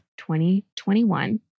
2021